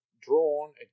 drawn